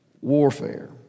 warfare